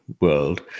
world